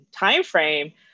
timeframe